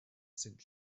since